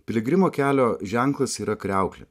piligrimo kelio ženklas yra kriauklė